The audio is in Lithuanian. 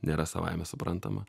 nėra savaime suprantama